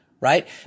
right